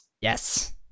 yes